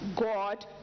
God